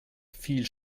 viel